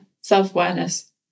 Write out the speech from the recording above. Self-awareness